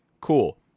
Cool